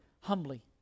humbly